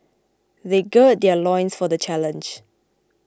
they gird their loins for the challenge